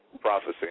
prophecy